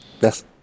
Yes